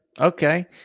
okay